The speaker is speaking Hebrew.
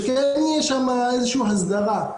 שכן תהיה שם איזושהי הסדרה.